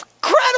incredible